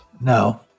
No